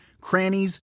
crannies